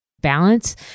balance